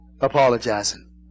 apologizing